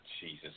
Jesus